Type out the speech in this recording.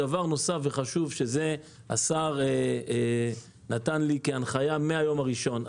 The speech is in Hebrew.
דבר נוסף וחשוב שזה השר נתן לי כהנחיה מהיום הראשון.